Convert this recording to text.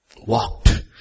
Walked